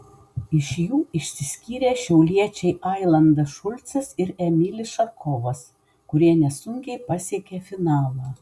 iš jų išsiskyrė šiauliečiai ailandas šulcas ir emilis šarkovas kurie nesunkiai pasiekė finalą